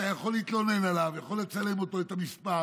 אתה יכול להתלונן עליו, אתה יכול לצלם את המספר,